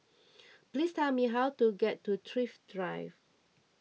please tell me how to get to Thrift Drive